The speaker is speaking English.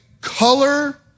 color